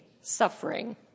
suffering